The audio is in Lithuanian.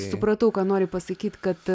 supratau ką nori pasakyt kad